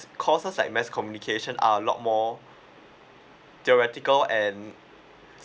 courses like mass communication are a lot more theoretical and